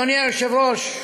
אדוני היושב-ראש,